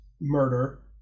murder